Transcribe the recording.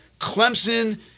Clemson